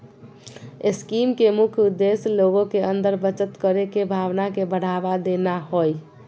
scheme के मुख्य उद्देश्य लोग के अंदर बचत करे के भावना के बढ़ावा देना हइ